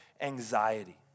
anxiety